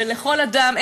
וכל אדם,